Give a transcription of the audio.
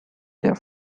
der